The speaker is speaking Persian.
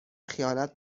خیانت